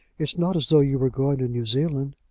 it's not as though you were going to new zealand.